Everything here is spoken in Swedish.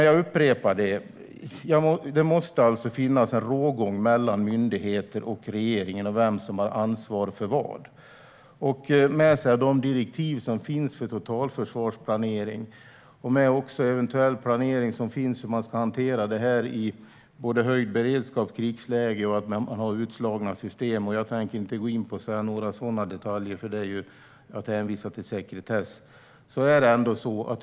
Jag upprepar att det måste finnas en rågång mellan myndigheter och regeringen när det gäller vem som har ansvar för vad, med de direktiv som finns för totalförsvarsplanering och eventuell planering för hur man ska hantera det hela i höjd beredskap, i krigsläge och med utslagna system. Jag tänker inte gå in på några sådana detaljer, för där råder sekretess.